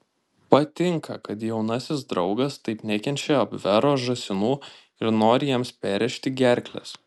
patinka kad jaunasis draugas taip nekenčia abvero žąsinų ir nori jiems perrėžti gerkles